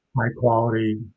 high-quality